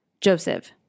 joseph